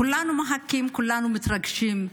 כולנו מחכים, כולנו מתרגשים,